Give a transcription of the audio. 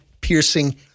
piercing